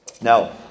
Now